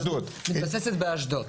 מבוססת באשדוד.